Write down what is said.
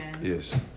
Yes